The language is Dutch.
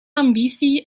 ambitie